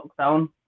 lockdown